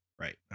Right